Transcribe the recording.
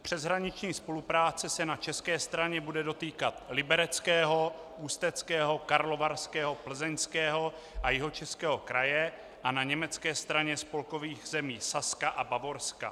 Přeshraniční spolupráce se na české straně bude dotýkat Libereckého, Ústeckého, Karlovarského, Plzeňského a Jihočeského kraje a na německé straně spolkových zemí Saska a Bavorska.